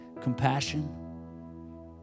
Compassion